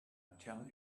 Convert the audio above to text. tell